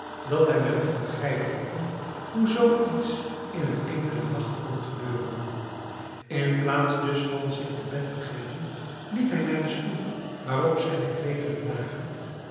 dat hij maar niet begrijpen kon hoe zoo iets in een enkelen nacht kon gebeuren in plaats dus van zich te bed te begeven liep hij naar den stoel waarop zijne kleederen lagen